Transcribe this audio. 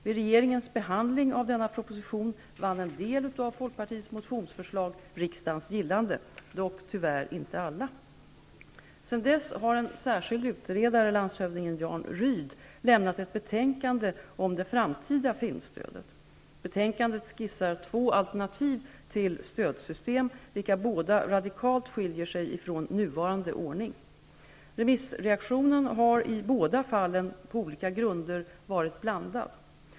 Vid regeringens behandling av denna proposition vann en del av Folkpartiets motionsförslag riksdagens gillande, dock tyvärr inte alla. Sedan dess har en särskild utredare, landshövdiningen Jan Rydh, lämnat ett betänkande om det framtida filmstödet. Betänkandet skisserar två alternativ till stödsystem, vilka båda radikalt skiljer sig från nuvarande ordning. Remissreaktionen har i båda fallen -- på olika grunder -- varit blandad.